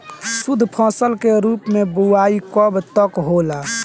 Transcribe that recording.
शुद्धफसल के रूप में बुआई कब तक होला?